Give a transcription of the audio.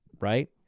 right